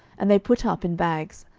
and they put up in bags,